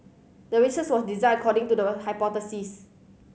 the research was designed according to the hypothesis